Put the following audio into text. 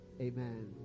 Amen